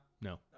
No